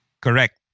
Correct